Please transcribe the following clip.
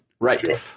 Right